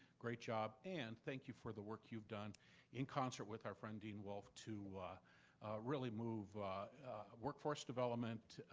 great job. and thank you for the work you've done in concert with our friend dean wolff to really move workforce development,